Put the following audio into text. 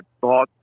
thought